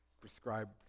prescribed